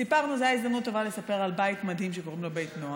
זאת הייתה הזדמנות לספר על בית מדהים שקוראים לו בית נועם,